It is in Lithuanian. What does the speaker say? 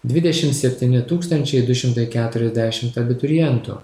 dvidešim septyni tūkstančiai du šimtai keturiasdešimt abiturientų